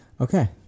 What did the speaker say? okay